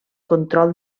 control